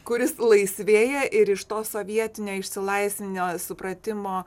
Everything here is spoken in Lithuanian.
kuris laisvėja ir iš to sovietinio išsilaisvinę supratimo